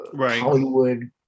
Hollywood